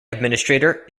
administrator